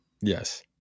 Yes